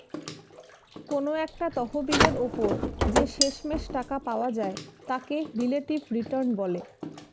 কোনো একটা তহবিলের উপর যে শেষমেষ টাকা পাওয়া যায় তাকে রিলেটিভ রিটার্ন বলে